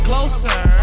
Closer